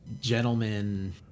gentlemen